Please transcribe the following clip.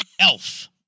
Elf